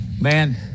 Man